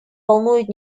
волнует